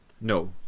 no